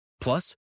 Plus